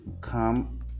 come